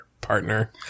partner